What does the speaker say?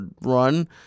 run